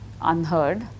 unheard